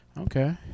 Okay